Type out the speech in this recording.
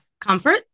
Comfort